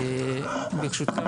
ברשותכם,